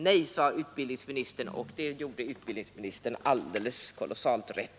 Nej, sade utbildningsministern, och det gjorde han alldeles kolossalt rätt &